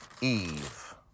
Eve